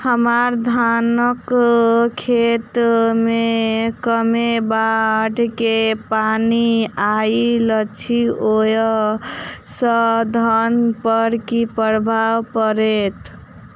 हम्मर धानक खेत मे कमे बाढ़ केँ पानि आइल अछि, ओय सँ धान पर की प्रभाव पड़तै?